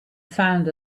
found